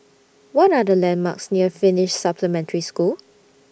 What Are The landmarks near Finnish Supplementary School